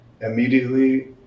immediately